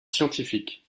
scientifiques